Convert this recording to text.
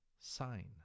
sign